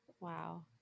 Wow